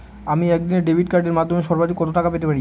আমি একদিনে ডেবিট কার্ডের মাধ্যমে সর্বাধিক কত টাকা পেতে পারি?